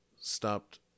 stopped